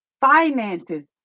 finances